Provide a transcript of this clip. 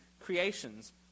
creations